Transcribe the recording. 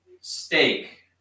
steak